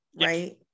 Right